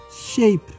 shape